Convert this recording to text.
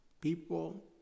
people